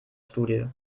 studie